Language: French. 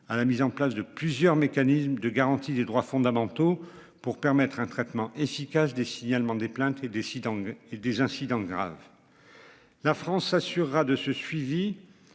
à la mise en place de plusieurs mécanismes de garantie des droits fondamentaux pour permettre un traitement efficace des signalements des plaintes et des sites et des incidents graves. La France assurera de ce suivi.